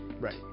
right